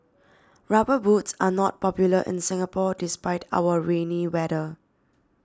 rubber boots are not popular in Singapore despite our rainy weather